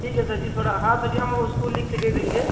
ठीक है सर जी थोड़ा हाँ सर जी हम उसको लिख के दे देंगे